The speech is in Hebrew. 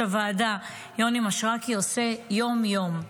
הוועדה יוני מישרקי עושה יום-יום,